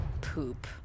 poop